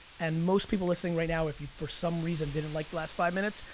and most people listening right now, if you for some reason didn't like the last five minutes,